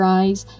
eyes